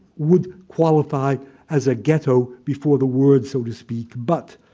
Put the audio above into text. would qualify as a ghetto before the word so to speak. but